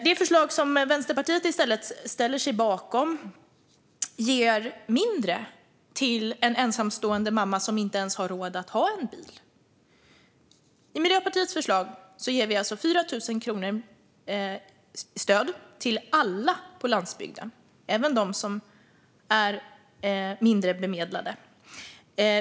Det förslag som Vänsterpartiet i stället ställer sig bakom ger mindre till en ensamstående mamma som inte ens har råd att ha en bil. I Miljöpartiets förslag ger vi alltså 4 000 kronor i stöd till alla på landsbygden, även till dem som är mindre bemedlade.